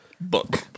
book